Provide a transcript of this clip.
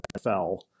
NFL